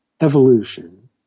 evolution